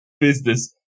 business